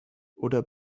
oder